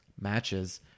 matches